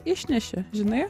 išneši žinai